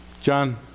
John